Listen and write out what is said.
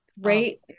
great